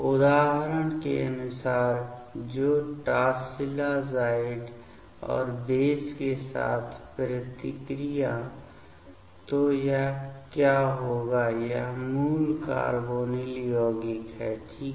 उदाहरण के अनुसार तो टॉसिलाज़ाइड और बेस के साथ प्रतिक्रिया तो यह क्या होगा यह मूल कार्बोनिल यौगिक है ठीक है